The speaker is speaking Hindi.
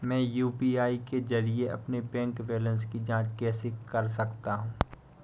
मैं यू.पी.आई के जरिए अपने बैंक बैलेंस की जाँच कैसे कर सकता हूँ?